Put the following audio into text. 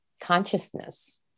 consciousness